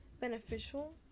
beneficial